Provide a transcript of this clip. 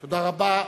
תודה רבה.